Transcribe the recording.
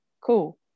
cool